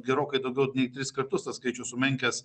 gerokai daugiau nei tris kartus tas skaičius sumenkęs